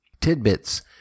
tidbits